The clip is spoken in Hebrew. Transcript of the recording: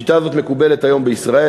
השיטה הזאת מקובלת היום בישראל,